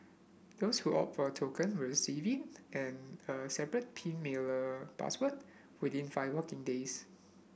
those who opt a token will receive it and a separate pin mailer password within five working days